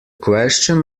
question